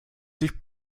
sich